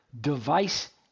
device